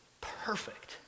perfect